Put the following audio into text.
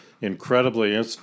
incredibly